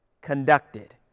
conducted